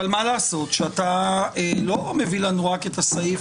אבל מה לעשות שאתה לא נותן רק את הסעיף